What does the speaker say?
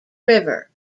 river